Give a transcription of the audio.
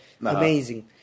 amazing